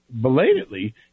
belatedly